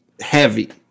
heavy